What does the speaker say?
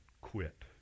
quit